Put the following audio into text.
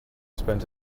spend